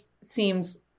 seems